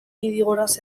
idigoras